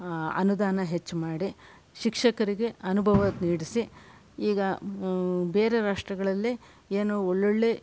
ಅನುದಾನ ಹೆಚ್ಚು ಮಾಡಿ ಶಿಕ್ಷಕರಿಗೆ ಅನುಭವ ನೀಡಿಸಿ ಈಗ ಬೇರೆ ರಾಷ್ಟ್ರಗಳಲ್ಲಿ ಏನೋ ಒಳ್ಳೊಳ್ಳೆ